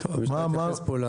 נשמע את